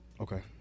okay